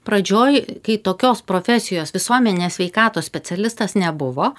pradžioj kai tokios profesijos visuomenės sveikatos specialistas nebuvo